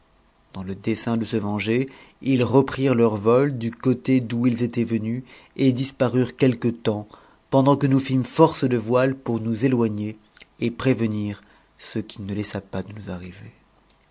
dans le dessein de se venger ils reprh'm leur vol du côté d'où ils étaient venus et disparurent quelque temps pc dant que nous fîmes force de voile pour nous é oigner et prévenir ce q ue laissa pas de nous arriver